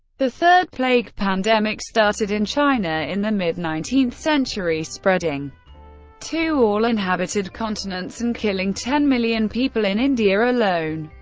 the third plague pandemic started in china in the mid nineteenth century, spreading to all inhabited continents and killing ten million people in india alone.